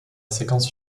séquence